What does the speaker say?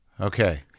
Okay